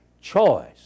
Choice